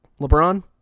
LeBron